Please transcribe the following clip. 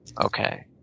Okay